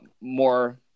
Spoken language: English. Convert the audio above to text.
more